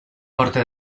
porte